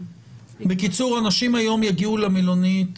אנשים היום יגיעו למלונית